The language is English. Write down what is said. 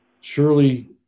surely